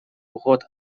уход